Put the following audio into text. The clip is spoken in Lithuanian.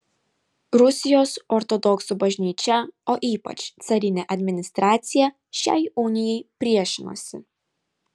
rusijos ortodoksų bažnyčia o ypač carinė administracija šiai unijai priešinosi